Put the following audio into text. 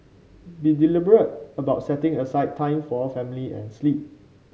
be deliberate about setting aside time for family and sleep